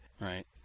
right